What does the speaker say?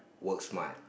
work smart